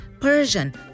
Persian